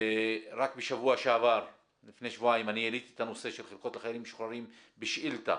רק לפני שבועיים אני העליתי את הנושא של חלקות לחיילים משוחררים בשאילתה